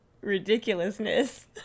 ridiculousness